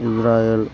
Israel